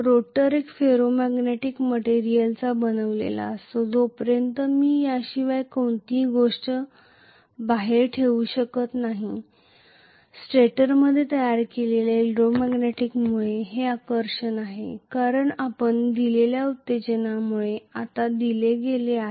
rotor एक ferromagnetic मटेरियलचा बनलेला असावा जोपर्यंत मी याशिवाय कोणतीही गोष्ट बाहेर ठेवू शकत नाही स्टेटरमध्ये तयार केलेल्या इलेक्ट्रोमॅग्नेटमुळे हे आकर्षण आहे कारण आपण दिलेल्या उत्तेजनामुळे आता दिले गेले आहे